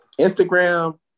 Instagram